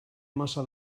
massa